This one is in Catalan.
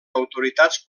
autoritats